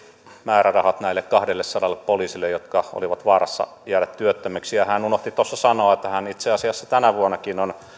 määrärahat näille kahdellesadalle poliisille jotka olivat vaarassa jäädä työttömiksi ja hän unohti tuossa sanoa että hän itse asiassa tänä vuonnakin on